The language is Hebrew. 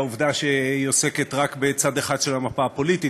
העובדה שהיא עוסקת רק בצד אחד של המפה הפוליטית,